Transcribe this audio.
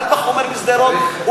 קל וחומר בשדרות,